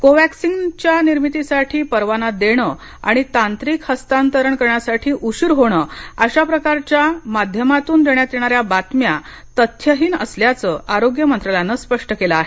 Covaxin च्या निर्मितीसाठी परवाना देण आणि तांत्रिक हस्तांतरण करण्यासाठी उशीर होण अशा प्रकारच्या माध्यमांमधून देण्यात येणाऱ्या बातम्या तथ्यहीन असल्याचं आरोग्य मंत्रालयाने स्पष्ट केलं आहे